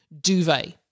duvet